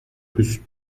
plus